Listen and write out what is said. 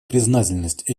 признательность